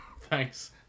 Thanks